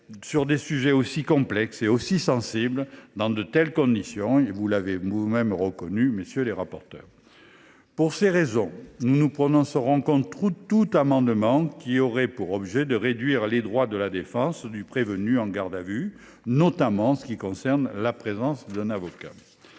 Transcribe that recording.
sur des sujets si complexes et sensibles dans de telles conditions, vous en convenez vous mêmes, messieurs les rapporteurs. Pour ces raisons, nous voterons contre tout amendement qui aurait pour objet la réduction des droits de la défense du prévenu en garde à vue, notamment ceux qui relèvent de la présence d’un avocat.